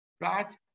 right